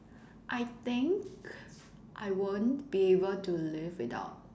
I think I won't be able to live without